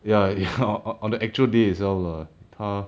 ya ya on on the actual day itself lah 他